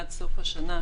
עד סוף השנה,